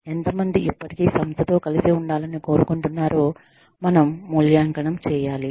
ఎంత మంది ఇప్పటికీ సంస్థతో కలిసి ఉండాలని కోరుకుంటున్నారో మనము మూల్యాంకనం చేయాలి